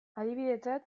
adibidetzat